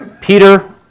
Peter